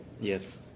Yes